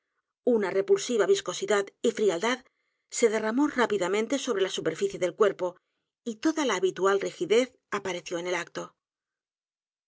una repulsiva viscosidad y frialdad se derramó rápidamente sobre la superficie del cuerpo y toda la habitual rigidez apareció en el acto